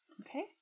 Okay